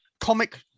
comic